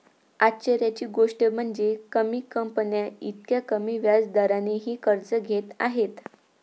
आश्चर्याची गोष्ट म्हणजे, कमी कंपन्या इतक्या कमी व्याज दरानेही कर्ज घेत आहेत